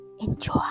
enjoy